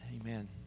amen